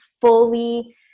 fully